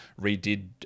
redid